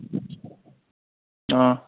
ꯑꯥ